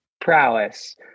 prowess